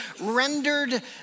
rendered